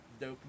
Dope